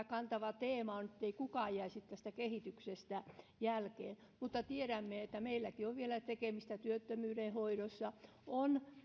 kantava teema on ettei kukaan jäisi tästä kehityksestä jälkeen mutta tiedämme että meilläkin on vielä tekemistä työttömyyden hoidossa on